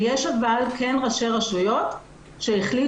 יש אבל כן ראשי רשויות שהחליטו,